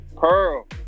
Pearl